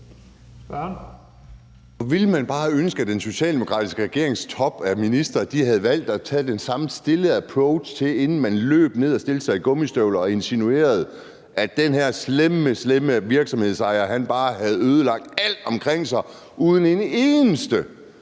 Hvor ville man bare ønske, at den socialdemokratiske regerings top af ministre havde valgt at tage den samme stille approach, inden man løb ned og stillede sig i gummistøvler og insinuerede, at den her slemme, slemme virksomhedsejer bare havde ødelagt alt omkring sig, uden at en eneste